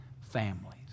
families